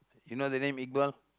you know that name Iqbal